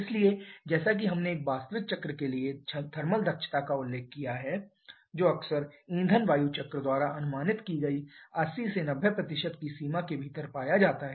इसलिए जैसा कि हमने एक वास्तविक चक्र के लिए थर्मल दक्षता का उल्लेख किया है जो अक्सर ईंधन वायु चक्र द्वारा अनुमानित की गई 80 से 90 की सीमा के भीतर पाया जाता है